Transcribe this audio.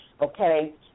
okay